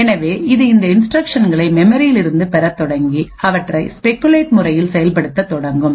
எனவே இது இந்த இன்ஸ்டிரக்ஷன்களை மெமரியில் இருந்து பெறத் தொடங்கி அவற்றை ஸ்பெகுலேட் முறையில் செயல்படுத்தத் தொடங்கும்